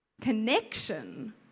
Connection